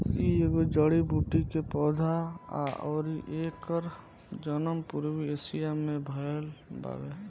इ एगो जड़ी बूटी के पौधा हा अउरी एकर जनम पूर्वी एशिया में भयल बावे